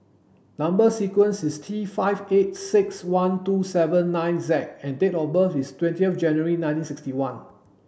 number sequence is T five eight six one two seven nine Z and date of birth is twenty of January nineteen sixty one